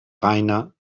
reiner